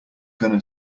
gonna